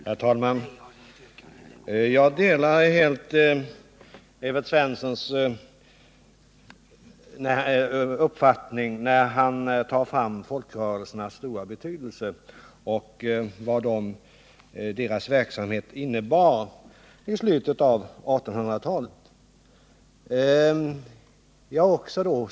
Herr talman! Jag delar helt Evert Svenssons uppfattning när det gäller folkrörelsernas stora betydelse och vad deras verksamhet innebar i slutet av 1800-talet.